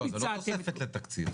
זה לא תוספת לתקציב,